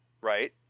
Right